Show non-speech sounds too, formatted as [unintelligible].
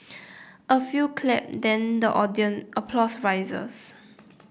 a few clap then the [unintelligible] applause rises